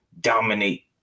dominate